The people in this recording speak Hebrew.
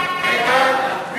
סעיף 01, נשיא